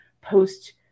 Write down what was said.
post